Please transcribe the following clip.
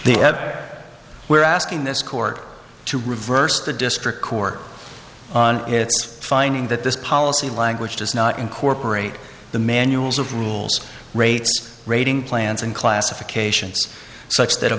t we're asking this court to reverse the district court its finding that this policy language does not incorporate the manuals of rules rates rating plans and classifications such that